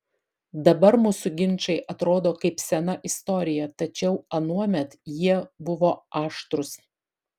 dabar mūsų ginčai atrodo kaip sena istorija tačiau anuomet jie buvo aštrūs